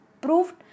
proved